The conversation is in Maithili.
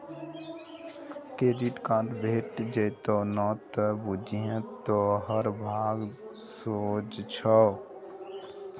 क्रेडिट कार्ड भेटि जेतउ न त बुझिये तोहर भाग सोझ छौ